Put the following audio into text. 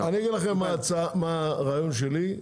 אני אגיד לכם מה הרעיון שלי,